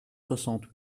soixante